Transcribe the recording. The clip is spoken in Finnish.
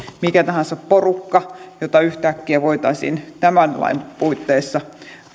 mikä tahansa porukka jota yhtäkkiä voitaisiin tämän lain puitteissa